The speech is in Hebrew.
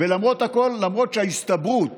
למרות שההסתברות